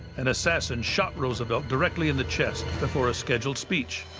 an assassin shot roosevelt directly in the chest before a scheduled speech.